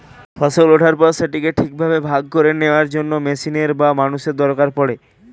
ফসল ওঠার পর সেটাকে ঠিকভাবে ভাগ করে নেওয়ার জন্য মেশিনের বা মানুষের দরকার পড়ে